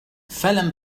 فلم